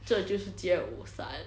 这就是街舞三